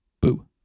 Boo